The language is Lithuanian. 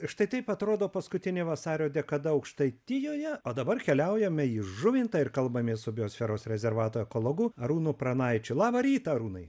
štai taip atrodo paskutinė vasario dekada aukštaitijoje o dabar keliaujame į žuvintą ir kalbamės su biosferos rezervato ekologu arūnu pranaičiu labą rytą arūnai